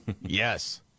Yes